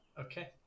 Okay